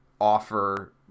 offer –